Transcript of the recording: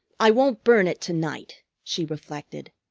i won't burn it to-night, she reflected.